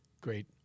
great